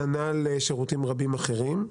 כנ"ל שירותים רבים אחרים.